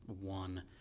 one